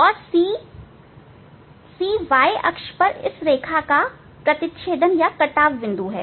और c c y अक्ष पर इस रेखा का प्रतिच्छेदन है